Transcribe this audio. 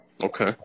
Okay